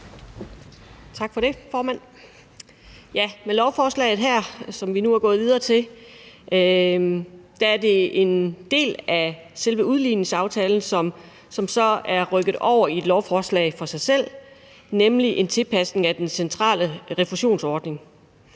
Tak for det, formand. Med lovforslaget her, som vi nu er gået videre til, er det en del af selve udligningsaftalen, som så er rykket over i et lovforslag for sig selv – nemlig tilpasningen af den centrale refusionsordning.